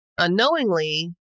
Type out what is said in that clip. Unknowingly